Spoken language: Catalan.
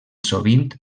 sovint